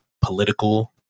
political